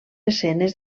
escenes